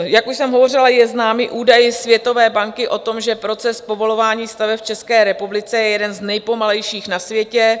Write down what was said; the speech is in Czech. Jak už jsem hovořila, je známý údaj Světové banky o tom, že proces povolování staveb v České republice je jeden z nejpomalejších na světě.